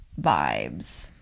vibes